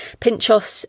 Pinchos